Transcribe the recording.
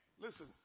Listen